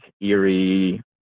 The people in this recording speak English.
eerie